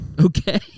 okay